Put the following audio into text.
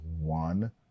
one